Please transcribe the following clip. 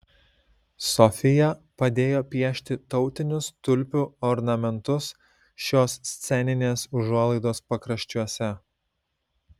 sofija padėjo piešti tautinius tulpių ornamentus šios sceninės užuolaidos pakraščiuose